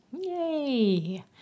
yay